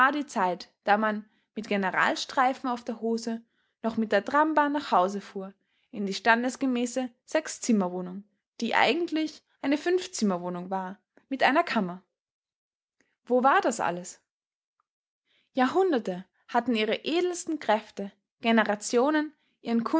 die zeit da man mit generalsstreifen auf der hose noch mit der trambahn nach hause fuhr in die standesgemäße sechszimmerwohnung die eigentlich eine fünfzimmerwohnung war mit einer kammer wo war das alles jahrhunderte hatten ihre edelsten kräfte generationen ihren